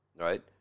right